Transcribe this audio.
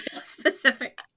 specific